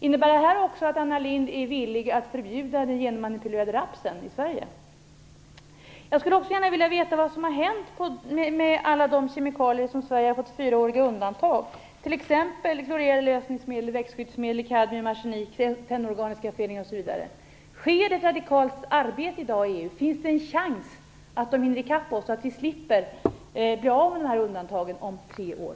Innebär det här också att Anna Lindh är villig att förbjuda genmanipulerad raps i Sverige? Jag skulle också gärna vilja veta vad som har hänt med alla de kemikalier som Sverige har fått ett 4-årigt undantag för. Det gäller t.ex. lösningsmedel, växtskyddsmedel, kadmium, arsenik, organiska föreningar osv. Sker det ett radikalt arbete i dag i EU? Finns det en chans att de hinner i kapp oss så att vi slipper bli av med våra undantag om tre år?